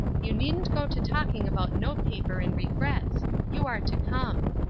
you needn't go to talking about note paper and regrets you are to come.